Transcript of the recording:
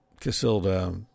Casilda